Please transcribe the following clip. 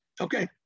Okay